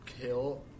kill